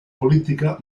política